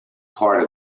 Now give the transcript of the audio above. part